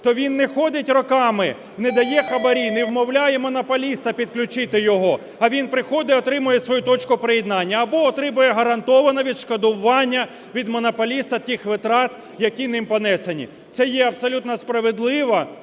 то він не ходить роками, не дає хабарі, не вмовляє монополіста підключити його, а він приходить, отримує свою точку приєднання або отримує гарантовано відшкодування від монополіста тих витрат, яким ним понесені. Це є абсолютно справедлива